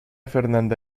fernanda